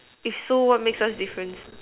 if so what makes us different